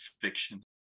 fiction